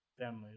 family